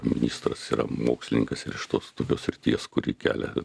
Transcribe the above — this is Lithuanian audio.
ministras yra mokslininkas ir iš tos tokios srities kuri kelia